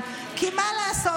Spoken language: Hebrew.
אז מה, לא להפריע,